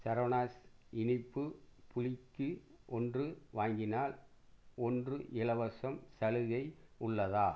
சரவணாஸ் இனிப்புப் புளிக்கு ஒன்று வாங்கினால் ஒன்று இலவசம் சலுகை உள்ளதா